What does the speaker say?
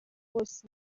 bose